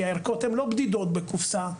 כי הערכות הן לא בדידות בקופסה.